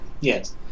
yes